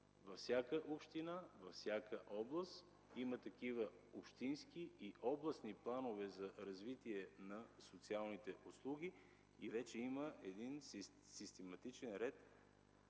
във всяка община, във всяка област има такива общински и областни планове за развитие на социалните услуги. Вече има един систематичен ред